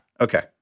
Okay